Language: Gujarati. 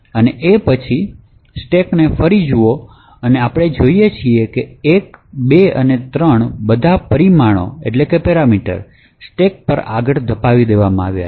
અને પછી સ્ટેકને ફરી જુઓ અને આપણે જોઈએ છીએ કે 1 2 અને 3 બધા પરિમાણોને સ્ટેક પર આગળ ધપાવી દેવામાં આવ્યા છે